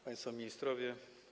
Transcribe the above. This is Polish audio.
Państwo Ministrowie!